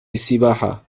السباحة